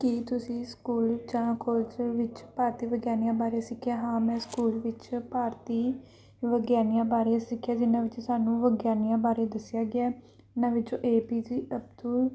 ਕੀ ਤੁਸੀਂ ਸਕੂਲ ਜਾਂ ਕਾਲਜ ਵਿੱਚ ਭਾਰਤੀ ਵਿਗਿਆਨੀਆਂ ਬਾਰੇ ਸਿੱਖਿਆ ਹਾਂ ਮੈਂ ਸਕੂਲ ਵਿੱਚ ਭਾਰਤੀ ਵਿਗਿਆਨੀਆਂ ਬਾਰੇ ਸਿੱਖਿਆ ਜਿਹਨਾਂ ਵਿੱਚ ਸਾਨੂੰ ਵਿਗਿਆਨੀਆਂ ਬਾਰੇ ਦੱਸਿਆ ਗਿਆ ਉਹਨਾਂ ਵਿੱਚੋਂ ਏ ਪੀ ਜੇ ਅਬਦੁਲ